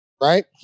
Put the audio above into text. Right